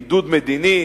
בידוד מדיני,